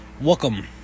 welcome